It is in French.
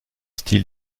style